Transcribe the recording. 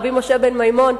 רבי משה בן מימון,